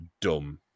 dumb